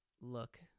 look